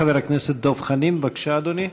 חבר הכנסת דב חנין, בבקשה, אדוני.